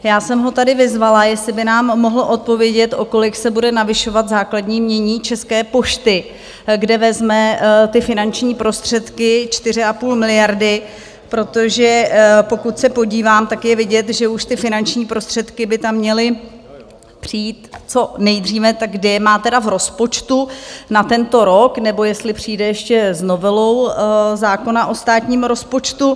Já jsem ho tady vyzvala, jestli by nám mohl odpovědět, o kolik se bude navyšovat základní jmění České pošty, kde vezme ty finanční prostředky 4,5 miliardy, protože pokud se podívám, tak je vidět, že už ty finanční prostředky by tam měly přijít co nejdříve, tak kde je má tedy v rozpočtu na tento rok, nebo jestli přijde ještě s novelou zákona o státním rozpočtu.